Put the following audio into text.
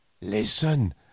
listen